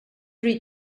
read